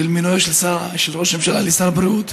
על מינויו של ראש הממשלה לשר הבריאות,